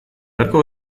beharko